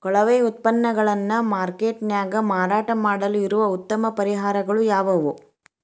ಕೊಳೆವ ಉತ್ಪನ್ನಗಳನ್ನ ಮಾರ್ಕೇಟ್ ನ್ಯಾಗ ಮಾರಾಟ ಮಾಡಲು ಇರುವ ಉತ್ತಮ ಪರಿಹಾರಗಳು ಯಾವವು?